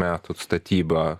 metų statyba